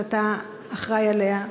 שאתה אחראי לה,